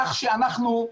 כך שאנחנו,